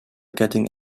getting